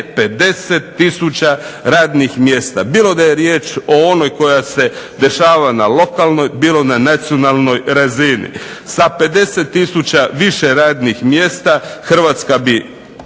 tisuća radnih mjesta. Bilo da je riječ o onoj koja se dešava na lokalnoj bilo na nacionalnoj razini. Sa 50 tisuća više radnih mjesta Hrvatska bi